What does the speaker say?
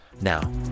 Now